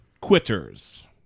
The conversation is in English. quitters